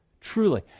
Truly